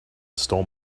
stole